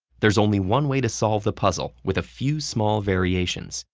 there's only one way to solve the puzzle, with a few small variations.